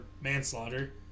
manslaughter